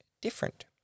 different